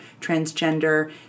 transgender